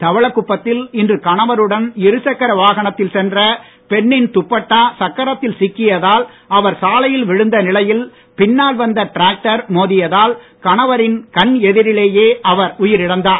தவளக்குப்பத்தில் இன்று கணவருடன் இருசக்கர வாகனத்தில் சென்ற பெண்ணின் துப்பட்டா சக்கரத்தில் சிக்கியதால் அவர் சாலையில் விழுந்த நிலையில் பின்னால் வந்த டிராக்டர் மோதியதால் கணவரின் கண் எதிரிலேயே அவர் உயிரிழந்தார்